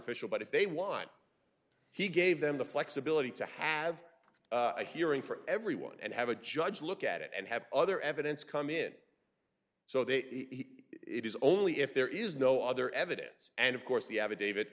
official but if they want he gave them the flexibility to have a hearing for everyone and have a judge look at it and have other evidence come in so that he it is only if there is no other evidence and of course you have a david